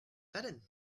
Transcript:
sudden